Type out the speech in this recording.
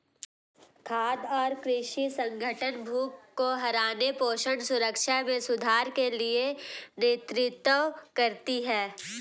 खाद्य और कृषि संगठन भूख को हराने पोषण सुरक्षा में सुधार के लिए नेतृत्व करती है